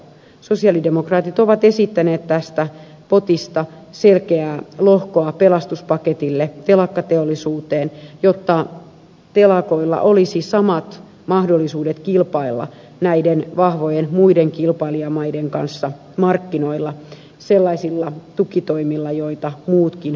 sosialidemokraatit ovat esittäneet tästä potista selkeää lohkoa pelastuspaketille telakkateollisuuteen jotta telakoilla olisi samat mahdollisuudet kilpailla näiden vahvojen muiden kilpailijamaiden kanssa markkinoilla sellaisilla tukitoimilla joita muutkin maat saavat